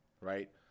right